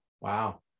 wow